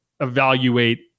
evaluate